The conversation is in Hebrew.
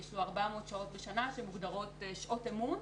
יש 400 שעות בשנה שמוגדרות שעות אמון,